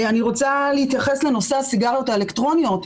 אני רוצה להתייחס לנושא הסיגריות האלקטרוניות.